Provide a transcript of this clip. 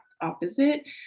opposite